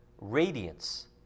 radiance